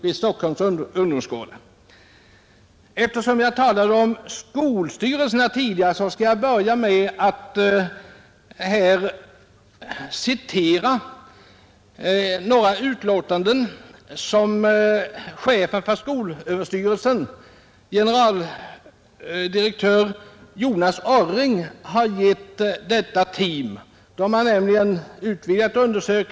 Eftersom jag tidigare talade om skolstyrelserna skall jag börja med att ur denna undersökning citera några uttalanden som chefen för skolöverstyrelsen, generaldirektör Jonas Orring, gjort på frågor från detta team.